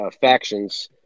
factions